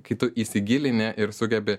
kai tu įsigilini ir sugebi